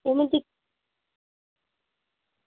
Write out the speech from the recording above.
चलो दिक्खियै